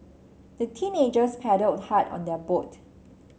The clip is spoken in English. the teenagers paddled hard on their boat